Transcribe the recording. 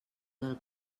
del